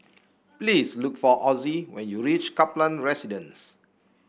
please look for Ozzie when you reach Kaplan Residence